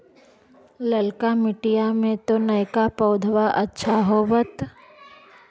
ललका मिटीया मे तो नयका पौधबा अच्छा होबत?